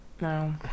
No